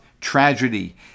tragedy